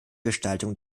gestaltung